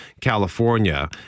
California